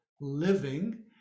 living